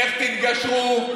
איך תתגרשו,